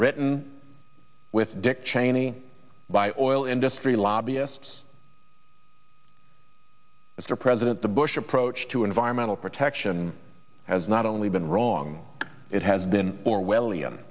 written with dick cheney by or oil industry lobbyists mr president the bush approach to environmental protection has not only been wrong it has been orwellian